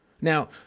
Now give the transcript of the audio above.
Now